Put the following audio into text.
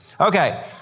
Okay